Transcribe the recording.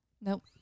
Nope